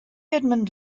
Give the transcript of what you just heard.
edmund